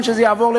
סגור את הדבר הזה,